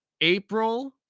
April